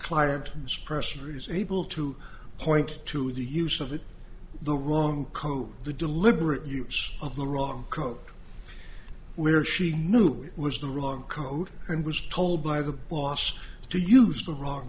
client suppress reason able to point to the use of it the wrong code the deliberate use of the wrong code where she knew it was the wrong code and was told by the boss to use the wrong